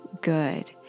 good